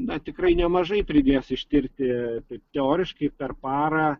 na tikrai nemažai pridės ištirti taip teoriškai per parą